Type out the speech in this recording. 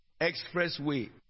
expressway